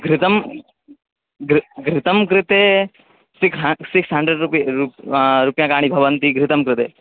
घृतं घृतं घृतं कृते सिक्स् ह सिक्स् हण्ड्रेड् रुपी रु रूप्यकाणि भवन्ति घृतं कृते